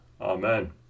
Amen